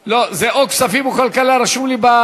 לא, זה או כספים או כלכלה, זה רשום לי.